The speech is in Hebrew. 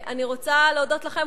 אני רוצה להודות לכם,